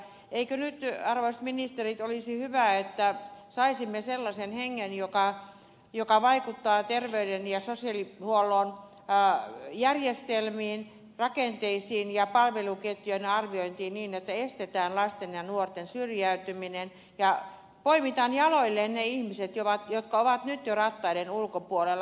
eikö nyt arvoisat ministerit olisi hyvä että saisimme sellaisen hengen joka vaikuttaa terveyden ja sosiaalihuollon järjestelmiin rakenteisiin ja palveluketjujen arviointiin niin että estetään lasten ja nuorten syrjäytyminen ja poimitaan jaloilleen ne ihmiset jotka ovat nyt jo rattaiden ulkopuolella